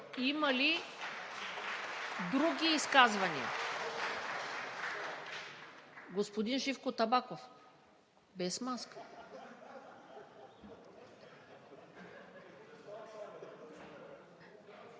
Има ли други изказвания? Господин Живко Табаков. Имате